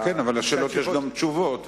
אבל על השאלות יש גם תשובות,